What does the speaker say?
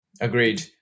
Agreed